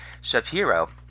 Shapiro